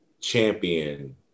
champion